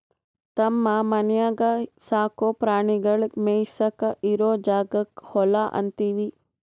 ತಮ್ಮ ಮನ್ಯಾಗ್ ಸಾಕೋ ಪ್ರಾಣಿಗಳಿಗ್ ಮೇಯಿಸಾಕ್ ಇರೋ ಜಾಗಕ್ಕ್ ಹೊಲಾ ಅಂತೀವಿ